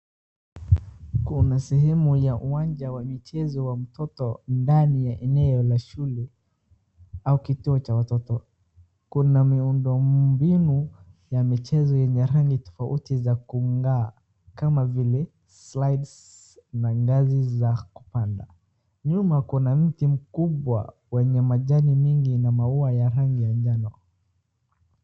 Kuna sehemu ya uwanja wa michezo wa mtoto ndani ya eneo la shule au kituo cha watoto. Kuna miundombinu ya michezo yenye rangi tofauti za kung'aa kama vile slides na ngazi za kupanda. Nyuma kuna mti mkubwa wenye majani mingi na maua ya rangi ya jano.